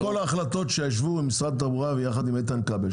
איפה כל ההחלטות שהתקבלו כשישבו עם משרד התחבורה ויחד עם איתן כבל?